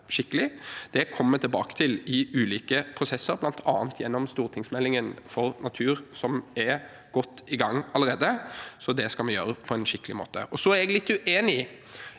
skikkelig, og det kommer vi tilbake til i ulike prosesser – bl.a. gjennom stortingsmeldingen for natur, som er godt i gang allerede – så det skal vi gjøre på en skikkelig måte. Jeg er litt uenig i